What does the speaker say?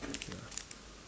ya